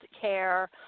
care